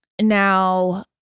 Now